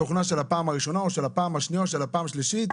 התוכנה של הפעם הראשונה או של הפעם השנייה או של הפעם השלישית.